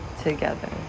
together